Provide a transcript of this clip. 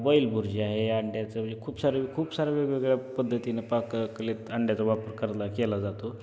बैलभुर्जी आहे अंड्याचं म्हणजे खूप सारे खूप साऱ्या वेगवेगळ्या पद्धतीनं पाककलेत अंड्याचा वापर करला केला जातो